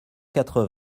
quatre